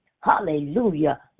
hallelujah